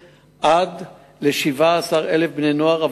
אדוני השר, בבקשה.